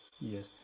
Yes